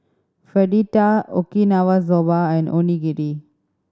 Fritada Okinawa Soba and Onigiri